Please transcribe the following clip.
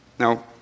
Now